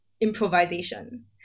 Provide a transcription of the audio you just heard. improvisation